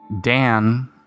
Dan